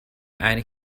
and